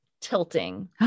tilting